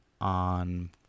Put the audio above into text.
on